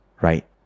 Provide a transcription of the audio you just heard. Right